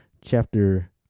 chapter